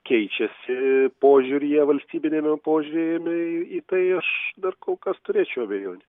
keičiasi požiūryje valstybiniame požiūryje į tai aš dar kol kas turėčiau abejonių